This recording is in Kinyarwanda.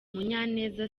munyaneza